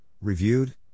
reviewed